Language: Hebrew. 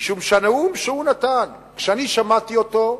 משום שהנאום שהוא נתן, כשאני שמעתי אותו,